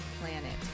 planet